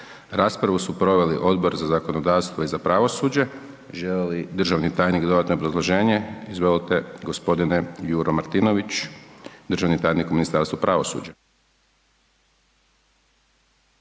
Raspravu su proveli Odbor za zakonodavstvo i za pravosuđe, želi li državni tajnik dodatno obrazloženje? Izvolite, g. Juro Martinović, državni tajnik u Ministarstvu pravosuđa.